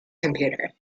computer